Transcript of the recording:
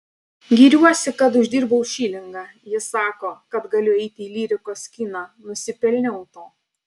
giriuosi kad uždirbau šilingą ji sako kad galiu eiti į lyrikos kiną nusipelniau to